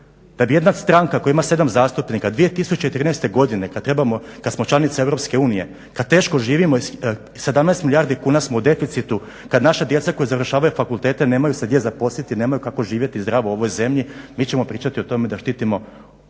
Da bi jedna stranka koja ima 7 zastupnika 2013. godine kad trebamo, kad smo članica EU, kad teško živimo, 17 milijardi kuna smo u deficitu, kad naša djeca koja završavaju fakultete nemaju se gdje zaposliti, nemaju kako živjeti zdravo u ovoj zemlji mi ćemo pričati o tome da štitimo udbaše,